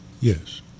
Yes